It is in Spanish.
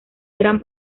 eran